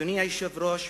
אדוני היושב-ראש,